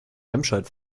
remscheid